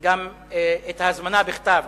גם את ההזמנה בכתב.